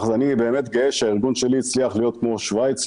אני באמת גאה שהארגון שלי הצליח להיות כמו שוויץ,